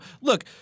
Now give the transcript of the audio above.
look